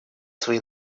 свои